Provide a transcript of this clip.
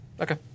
Okay